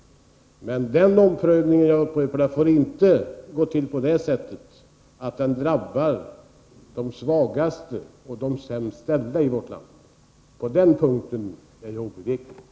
Men den omprövningen — jag upprepar det — får inte gå till på det sättet att den drabbar de svagaste och sämst ställda i vårt land. På den punkten är jag obeveklig.